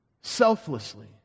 selflessly